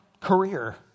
career